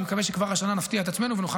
אני מקווה שכבר השנה נפתיע את עצמנו ונוכל